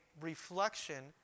reflection